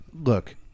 Look